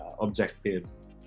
objectives